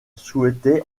souhaitait